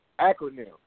Acronym